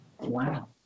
Wow